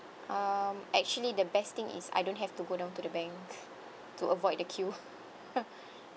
um actually the best thing is I don't have to go down to the bank to avoid the queue